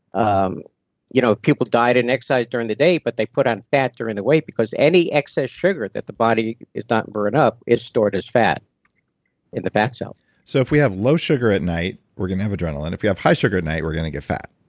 um you know people diet and exercise during the day, but they put on fat during the because any excess sugar that the body does not burn up is stored as fat in the fat cell so if we have low sugar at night, we're going to have adrenaline. if we have high sugar at night, we're going to get fat